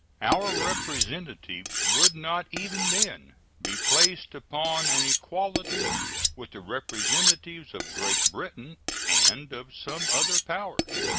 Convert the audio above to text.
our representatives would not even then be placed upon an equality with the representatives of great britain and of some other powers.